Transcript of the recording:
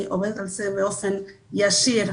עובדת על זה באופן ישיר,